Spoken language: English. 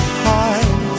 heart